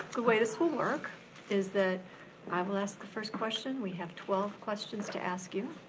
the way this will work is that i will ask the first question, we have twelve questions to ask you.